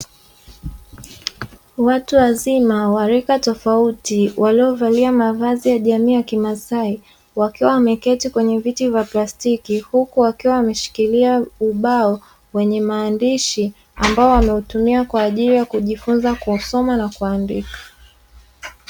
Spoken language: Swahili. Watu wazima wa rika tofauti waliovalia mavazi ya jamii ya kimasai, wakiwa wameketi kwenye viti vya plastiki; huku wakiwa wameshikilia ubao wenye maandishi ambao wanautumia kwa ajili ya kujifunza kusoma na kuandika.